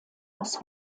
aus